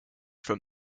from